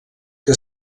que